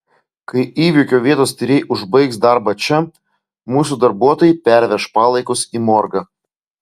kai įvykio vietos tyrėjai užbaigs darbą čia mūsų darbuotojai perveš palaikus į morgą